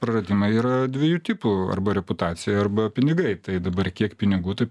praradimai yra dviejų tipų arba reputacija arba pinigai tai dabar kiek pinigų tai